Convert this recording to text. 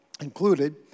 included